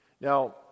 Now